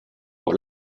pour